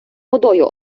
водою